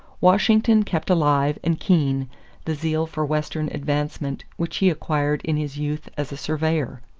washington kept alive and keen the zeal for western advancement which he acquired in his youth as a surveyor.